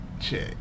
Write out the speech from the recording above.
check